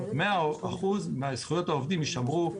100% מזכויות העובדים יישמרו,